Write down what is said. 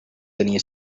tenia